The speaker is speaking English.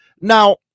Now